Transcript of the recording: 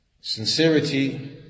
Sincerity